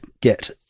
get